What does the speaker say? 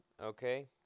okay